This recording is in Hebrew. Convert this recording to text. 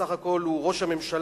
בסך הכול הוא ראש הממשלה,